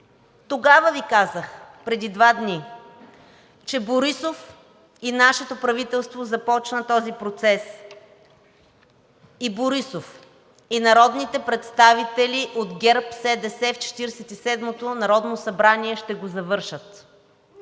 Тогава Ви казах, преди два дни, че Борисов и нашето правителство започна този процес. И Борисов, и народните представители от ГЕРБ-СДС в Четиридесет и седмото народно събрание ще го завършат.